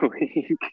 week